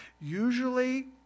Usually